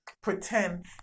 pretend